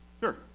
Sure